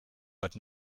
but